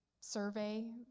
survey